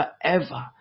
forever